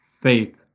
faith